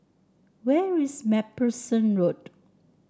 where is MacPherson Road